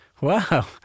Wow